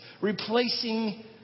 Replacing